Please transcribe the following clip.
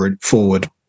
forward